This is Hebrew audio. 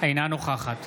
אינה נוכחת